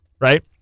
right